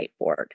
whiteboard